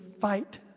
fight